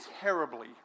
terribly